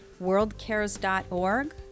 Worldcares.org